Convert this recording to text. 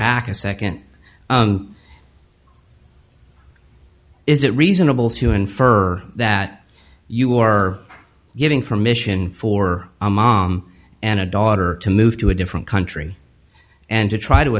back a second is it reasonable to infer that you are getting from mission for a mom and a daughter to move to a different country and to try to